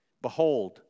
Behold